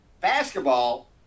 basketball